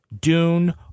Dune